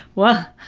well,